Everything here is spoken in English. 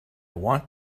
want